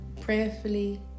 prayerfully